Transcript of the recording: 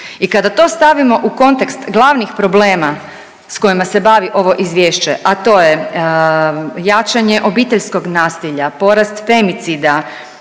I kada to stavimo u kontekst glavnih problema s kojima se bavi ovo izvješće, a to je jačanje obiteljskog nasilja, porast femicida,